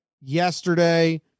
yesterday